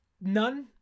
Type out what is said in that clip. none